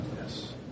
Yes